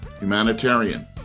humanitarian